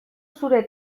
zure